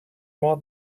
more